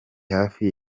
hafi